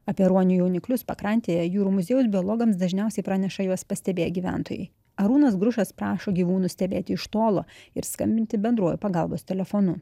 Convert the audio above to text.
apie ruonių jauniklius pakrantėje jūrų muziejaus biologams dažniausiai praneša juos pastebėję gyventojai arūnas grušas prašo gyvūnus stebėti iš tolo ir skambinti bendruoju pagalbos telefonu